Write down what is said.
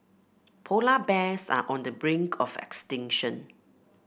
polar bears are on the brink of extinction